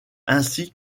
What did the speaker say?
ainsi